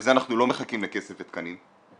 לזה אנחנו לא מחכים לכסף ותקנים,